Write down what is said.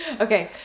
Okay